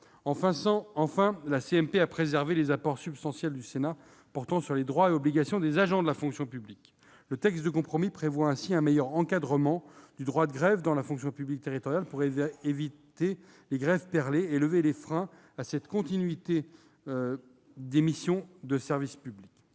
paritaire a préservé des apports substantiels du Sénat, qui portent sur les droits et obligations des agents de la fonction publique. Le texte de compromis prévoit ainsi un meilleur encadrement du droit de grève dans la fonction publique territoriale, pour éviter les grèves perlées et lever les freins à la continuité des missions de service public.